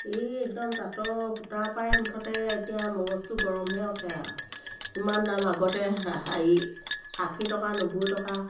এই একদম তাঁতৰ সূতা পাই মুঠতে এতিয়া মগজটো গৰমহে উঠে আৰু ইমান দাম আগতে হেৰি আশী টকা নব্বৈ টকা